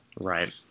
Right